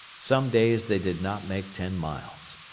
some days they did not make ten miles.